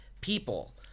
people